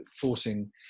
forcing